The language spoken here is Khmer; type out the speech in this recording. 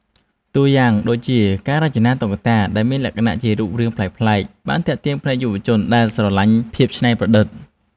តួយ៉ាងដូចជា ការរចនាតុក្កតាដែលមានលក្ខណៈជា រូបរាងប្លែកៗ បានទាក់ទាញភ្នែកយុវជនដែលស្រឡាញ់ភាពច្នៃប្រឌិត។